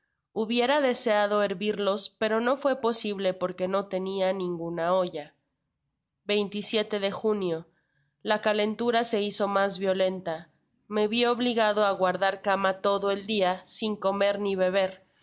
hubiera deseado hervirlos pero no fué posible porque no tenia ninguna olla de junio la calentura se hizo mas violenta me vi obligado á guardar cama todo el dia sin comer ni beber